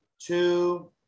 Two